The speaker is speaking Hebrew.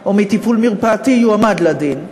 או מטיפול מרפאתי יועמד לדין,